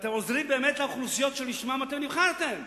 ואתם עוזרים באמת לאוכלוסיות שלשמן אתם נבחרתם.